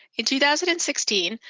in two thousand and sixteen,